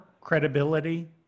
credibility